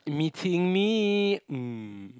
meeting me mm